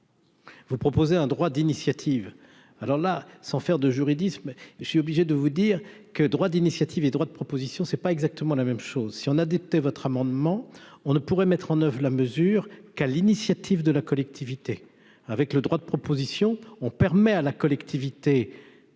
vous proposer un droit d'initiative, alors là, sans faire de juridisme, je suis obligé de vous dire que droit d'initiative des droits, de proposition, c'est pas exactement la même chose si on a votre amendement, on ne pourrait mettre en oeuvre la mesure qu'à l'initiative de la collectivité avec le droit de propositions, on permet à la collectivité,